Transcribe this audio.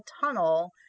tunnel